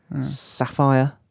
Sapphire